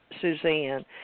Suzanne